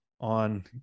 on